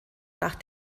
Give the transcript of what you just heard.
nach